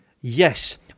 Yes